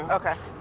okay.